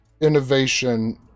innovation